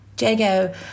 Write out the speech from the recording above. Jago